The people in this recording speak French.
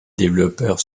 développeurs